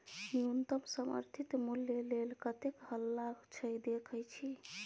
न्युनतम समर्थित मुल्य लेल कतेक हल्ला छै देखय छी